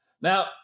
Now